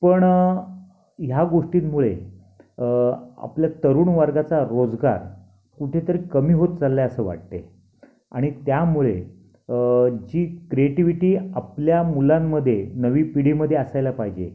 पण ह्या गोष्टींमुळे आपल्या तरुण वर्गाचा रोजगार कुठे तरी कमी होत चालला आहे असं वाटते आणि त्यामुळे जी क्रेटिविटी आपल्या मुलांमध्ये नवी पिढीमध्ये असायला पाहिजे